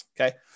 Okay